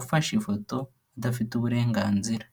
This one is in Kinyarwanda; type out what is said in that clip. ufashe ifoto adafite uburenganzira.